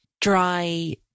dry